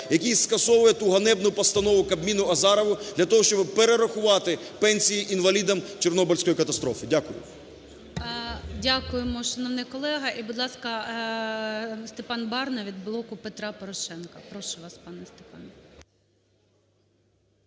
який скасовує ту ганебну Постанову Кабміну Азарова для того, щоб перерахувати пенсії інвалідам Чорнобильської катастрофи. Дякую. ГОЛОВУЮЧИЙ. Дякуємо, шановний колего! І, будь ласка, пан Барна від "Блоку Петра Порошенка". Прошу вас, пане Степане.